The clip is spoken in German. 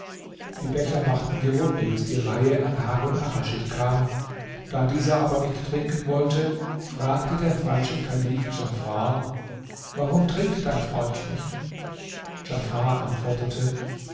die becher machten die runde bis die reihe an harun arraschid kam da dieser aber nicht trinken wollte fragte der falsche kalif djafar warum trinkt dein freund nicht djafar antwortete